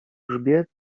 grzbiet